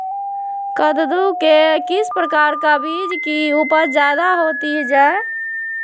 कददु के किस प्रकार का बीज की उपज जायदा होती जय?